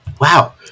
Wow